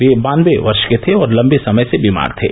वे बानबे वर्ष के थे और लम्बे समय से बीमार थे